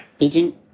Agent